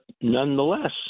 nonetheless